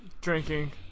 drinking